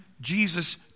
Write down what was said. Jesus